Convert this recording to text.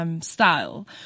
style